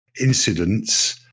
incidents